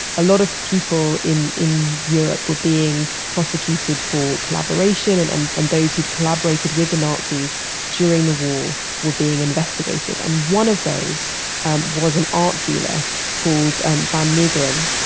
a lot of people in in europe were being prosecuted for collaboration and and and those who'd collaborated with the nazis during the war were being investigated. and one of those was an art dealer called van meegeren,